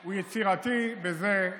הוא יצירתי בזה,